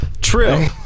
True